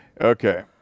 okay